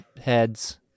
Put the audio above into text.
heads